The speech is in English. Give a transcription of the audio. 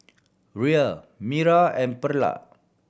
Rhea Mira and Perla